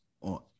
on